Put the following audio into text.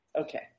Okay